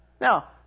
Now